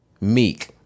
Meek